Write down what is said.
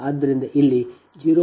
ಆದ್ದರಿಂದ ಇಲ್ಲಿ 0